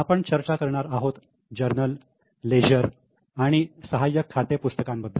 आपण चर्चा करणार आहोत जर्नल लेजर आणि सहाय्यक खाते पुस्तकाबद्दल